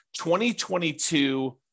2022